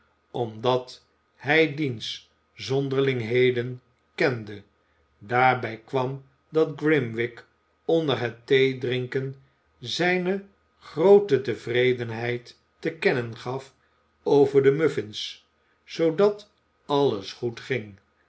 omdat hij diens zonderlingheden kende daarbij kwam dat grimwig onder het theedrinken zijne groote tevredenheid te kennen gaf over de m u ff i n s zoodat alles goed ging